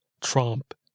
Trump